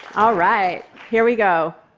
all right. here we go.